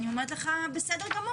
אני אומרת לך בסדר גמור,